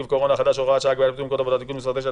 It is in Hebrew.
הקורונה החדש (הוראת שעה)(הגבלת פעילות במקומות עבודה)(תיקון מס' 9),